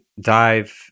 dive